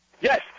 Yes